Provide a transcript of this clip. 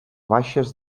baixes